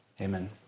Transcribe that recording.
Amen